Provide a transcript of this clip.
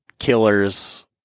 killers